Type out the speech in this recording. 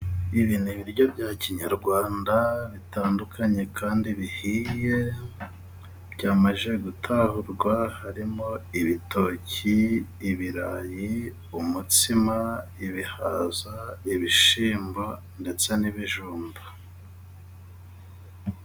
Ibi ni ibiryo bya kinyarwanda bitandukanye kandi bihiye, byamaze gutahurwa. Harimo ibitoki, ibirayi, umutsima, ibihaza, ibishyimbo ndetse n'ibijumba.